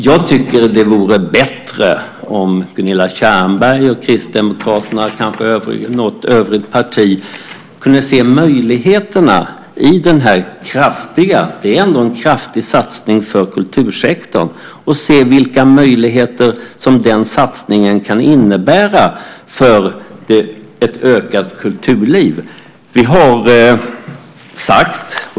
Jag tycker att det vore bättre om Gunilla Tjernberg och Kristdemokraterna, och kanske något övrigt parti, kunde se vilka möjligheter den här kraftiga satsningen - det är ändå en kraftig satsning på kultursektorn - kan innebära för ett ökat kulturliv.